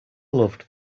loved